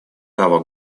право